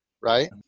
right